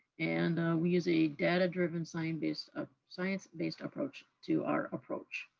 and we use a data-driven, science based ah science based approach to our approach.